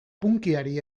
punkyari